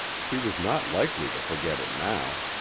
she was not likely to forget it now.